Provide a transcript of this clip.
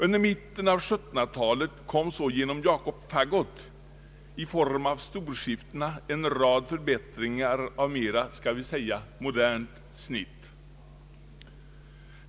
Under mitten av 1700-talet kom så genom Jakob Faggot i form av storskiftena en rad författningar av mera skall vi säga modernt snitt.